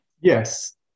Yes